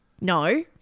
No